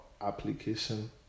application